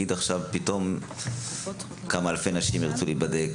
אם נגיד עכשיו ירצו אלפי אנשים להיבדק,